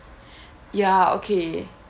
ya okay